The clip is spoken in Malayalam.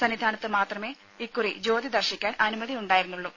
സന്നിധാനത്തു നിന്ന് മാത്രമേ ഇക്കുറി ജ്യോതി ദർശിക്കാൻ അനുമതിയുണ്ടായിരുന്നുള്ളു